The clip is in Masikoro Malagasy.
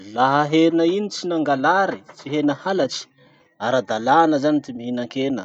Laha hena iny tsy nangalary, tsy hena halatsy, ara-dalàna zany ty mihinan-kena.